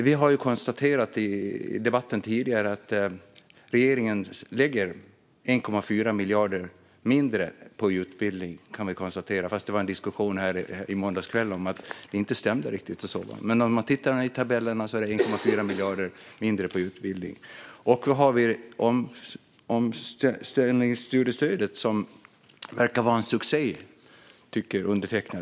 Vi har ju redan tidigare i debatten konstaterat att regeringen lägger 1,4 miljarder mindre på utbildning, även om det var en diskussion här i måndags kväll om att detta inte riktigt stämde. Men när man tittar i tabellerna ser man ändå att det är 1,4 miljarder mindre till utbildning. Då har vi omställningsstudiestödet, som verkar vara en succé, tycker undertecknad.